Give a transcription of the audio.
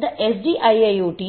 और SDIIoT